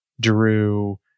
Drew